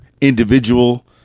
individual